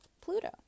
Pluto